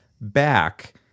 back